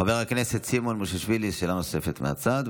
חבר הכנסת סימון מושיאשוילי, מהצד.